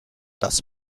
das